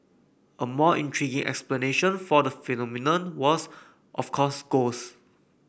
a more intriguing explanation for the phenomenon was of course ghosts